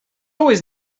always